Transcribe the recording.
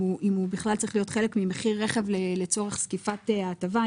הוא בכלל צריך להיות חלק ממחיר רכב לצורך זקיפת ההטבה,